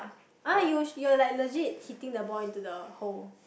ah you you are like legit hitting the ball into the hole